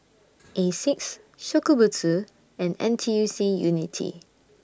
Asics Shokubutsu and N T U C Unity